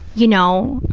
you know,